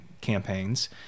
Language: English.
campaigns